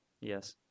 Yes